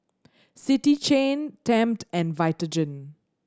City Chain Tempt and Vitagen